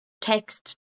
text